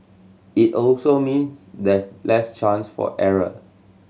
it also means there's less chance for error